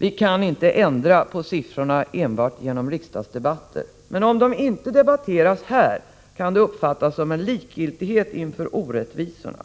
Vi kan inte ändra på siffrorna enbart genom riksdagsdebatter. Men om sakerna inte debatteras här i riksdagen kan det uppfattas som en likgiltighet inför orättvisorna.